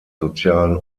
sozialen